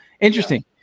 interesting